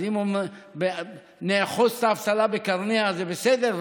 אז אם אומרים שנאחז את האבטלה בקרניה זה בסדר?